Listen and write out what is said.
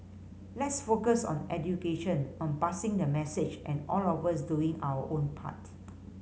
let's focus on education on passing the message and all of us doing our own part